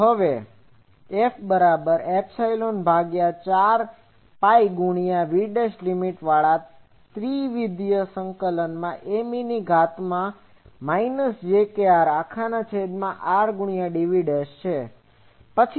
તો હવે F4π∭VM e j krrdv F બરાબર એપ્સીલોન ભાગ્યા 4 પાઈ ગુણ્યા V' લીમીટ વાળા ત્રિવિધ સંકલન માં M e ની ઘાત માં માઈનસ j kr અખાના છેદ માં r ગુણ્યા dv છે